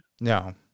No